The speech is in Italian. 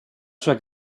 sua